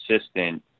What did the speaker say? assistant